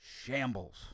shambles